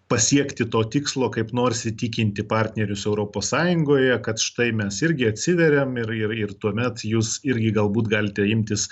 pasiekti to tikslo kaip nors įtikinti partnerius europos sąjungoje kad štai mes irgi atsiveriam ir ir ir tuomet jūs irgi galbūt galite imtis